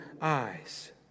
eyes